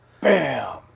bam